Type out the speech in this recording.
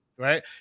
right